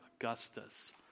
Augustus